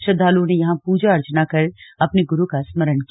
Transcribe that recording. श्रद्वालुओं ने यहां पूजा अर्चना कर अपने गुरु का स्मरण किया